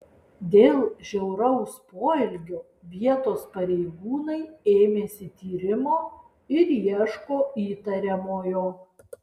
dėl žiauraus poelgio vietos pareigūnai ėmėsi tyrimo ir ieško įtariamojo